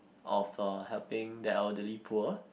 of uh helping the elderly poor